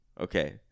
Okay